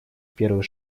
первый